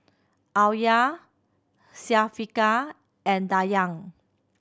Alya Syafiqah and Dayang